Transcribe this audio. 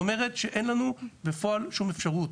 נכון, וזאת אומרת שאין לנו בפועל שום אפשרות